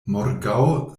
morgaŭ